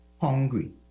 hungry